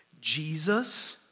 Jesus